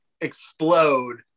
explode